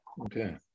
okay